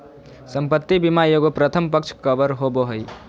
संपत्ति बीमा एगो प्रथम पक्ष कवर होबो हइ